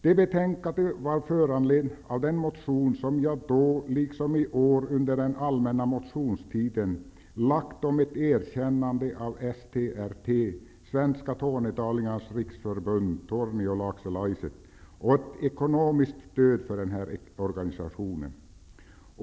Det betänkandet var föranlett av den motion som jag då liksom i år under den allmänna motionstiden lade fram om ett erkännande av STR-T, Svenska Tornedalingarnas Riksförbund-Torniolaksolaiset, och ett ekonomiskt stöd för den organisationen.